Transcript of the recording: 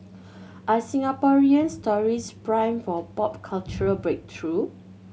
are Singaporean stories primed for a pop cultural breakthrough